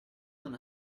non